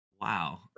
Wow